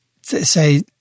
say